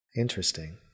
interesting